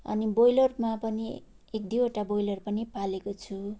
अनि बोइलरमा पनि एक दुईवटा ब्रोइलर पनि पालेको छु